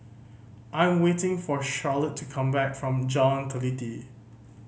I am waiting for Charolette to come back from Jalan Teliti